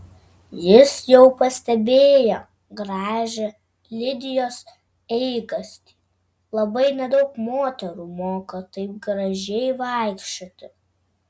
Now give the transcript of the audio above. jis jau pastebėjo gražią lidijos eigastį labai nedaug moterų moka taip gražiai vaikščioti